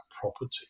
property